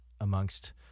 amongst